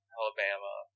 Alabama